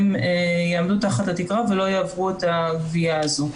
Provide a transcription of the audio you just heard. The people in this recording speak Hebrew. הן יעמדו תחת התקרה ולא יעברו את הגבייה הזו.